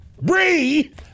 Bree